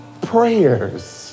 prayers